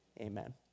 amen